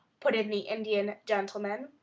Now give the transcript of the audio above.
put in the indian gentleman.